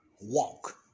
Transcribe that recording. walk